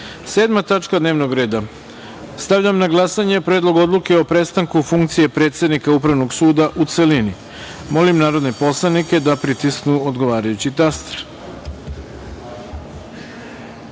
tačka dnevnog reda. Stavljam na glasanje Predlog odluke o prestanku funkcije predsednika Upravnog suda, u celini. Molim poslanike da pritisnu odgovarajući taster